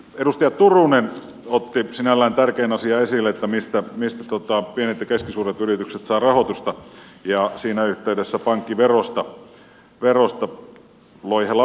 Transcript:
edustaja turunen otti sinällään tärkeän asian esille että mistä pienet ja keskisuuret yritykset saavat rahoitusta ja siinä yhteydessä pankkiverosta loihe lausumaan